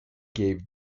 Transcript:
gave